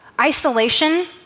Isolation